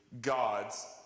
God's